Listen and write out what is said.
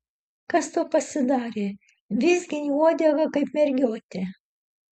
kas tau pasidarė vizgini uodegą kaip mergiotė